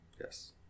Yes